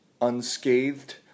unscathed